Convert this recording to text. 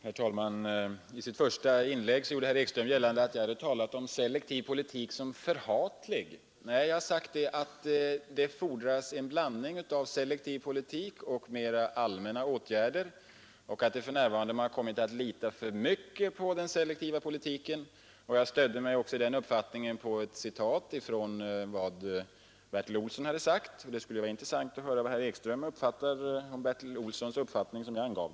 Herr talman! I sitt första inlägg gjorde herr Ekström gällande att jag hade talat om selektiv politik som förhatlig. Nej, jag har sagt att det fordras en blandning av selektiv politik och mera allmänna åtgärder och att man för närvarande kommit att lita för mycket på den selektiva politiken. Jag stödde den uppfattningen på ett citat av vad Bertil Olsson hade sagt. Det skulle vara intressant att höra hur herr Ekström ser på Bertil Olssons uttalande.